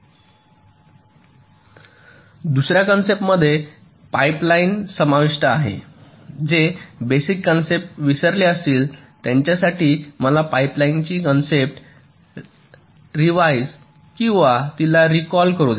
दुसर्या कन्सेप्ट मध्ये पाइपलाइन समाविष्ट आहे जे बेसिक कन्सेप्ट विसरले असतील त्यांच्यासाठी मला पाइपलाइनिंगची कन्सेप्ट रेव्हिएव किंवा तिला रिकॅल करू द्या